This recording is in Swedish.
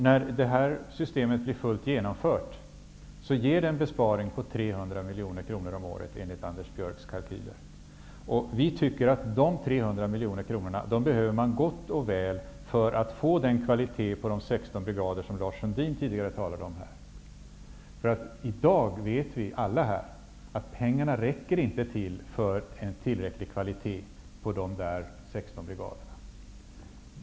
När det här systemet blir helt genomfört ger det en besparing på 300 miljoner kronor om året enligt Vi tycker att dessa 300 miljoner kronor gott och väl behövs för att få kvalitet på de 16 brigader som Lars Sundin tidigare talade om. Vi vet alla här att i dag räcker inte pengarna till för en tillräcklig kvalitet på dessa 16 brigader.